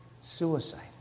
Suicide